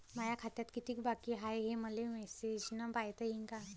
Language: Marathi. माया खात्यात कितीक बाकी हाय, हे मले मेसेजन पायता येईन का?